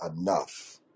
enough